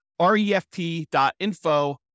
refp.info